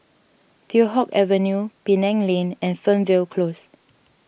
Teow Hock Avenue Penang Lane and Fernvale Close